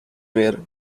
were